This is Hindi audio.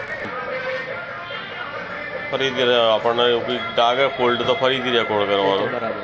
सुनील अपने व्यवसाय के आकार को बढ़ाने के लिए कार्यशील पूंजी को आवश्यक मानते हैं